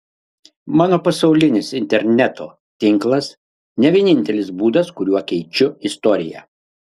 mano pasaulinis interneto tinklas ne vienintelis būdas kuriuo keičiu istoriją